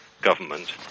government